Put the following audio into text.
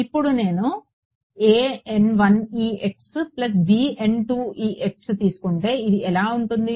ఇప్పుడు నేను నేను తీసుకుంటే ఇది ఎలా ఉంటుంది